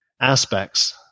aspects